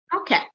Okay